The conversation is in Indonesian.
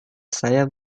saya